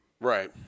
Right